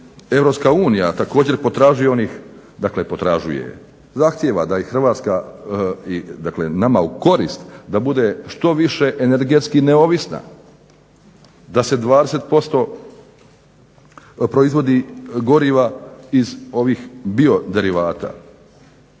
Europska unija također potražuje, zahtijeva da i Hrvatska, dakle nama u korist da bude što više energetski neovisna, da se 20% proizvodi goriva iz ovih bioderivata,